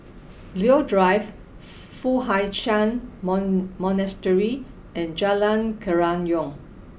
Leo Drive Foo Hai Ch'an mon Monastery and Jalan Kerayong